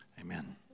Amen